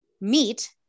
meet